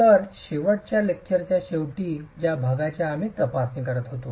तर शेवटच्या लेक्चरच्या शेवटी ज्या भागाची आम्ही तपासणी करत होतो